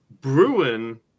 Bruin